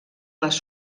les